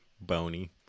bony